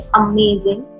amazing